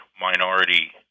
minority